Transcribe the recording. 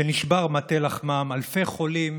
שנשבר מטה לחמם, אלפי חולים,